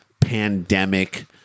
pandemic